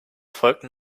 folgten